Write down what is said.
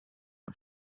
und